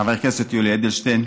חבר הכנסת יולי אדלשטיין,